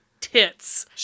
tits